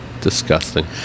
disgusting